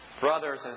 brothers